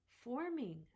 forming